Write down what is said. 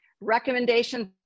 Recommendations